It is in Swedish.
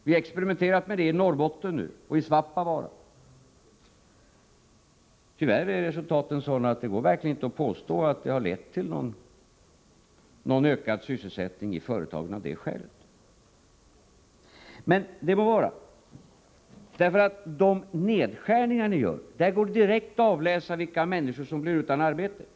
Vi har experimenterat med det i Norrbotten och i Svappavaara, men tyvärr är resultatet sådant att det verkligen inte går att påstå att det har blivit någon ökad sysselsättning i företagen av det skälet. Men det må vara, för i de nedskärningar som ni gör går det att direkt avläsa vilka människor som blir utan arbete.